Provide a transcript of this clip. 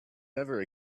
never